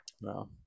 No